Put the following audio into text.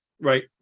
Right